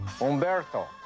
Umberto